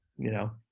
you know.